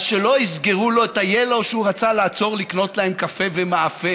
אז שלא יסגרו לו את ה-Yellow שבו הוא רצה לעצור ולקנות להם קפה ומאפה,